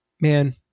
man